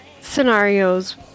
scenarios